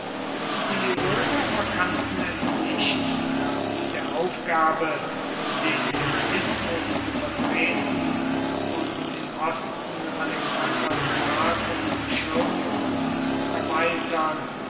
die römer verkannten es nicht daß mit der aufgabe den hellenismus zu vertreten und im osten alexanders marken zu schirmen und zu erweitern